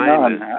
none